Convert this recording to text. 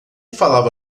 falava